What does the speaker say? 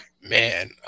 Man